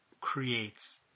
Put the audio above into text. creates